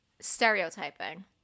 stereotyping